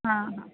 हां हां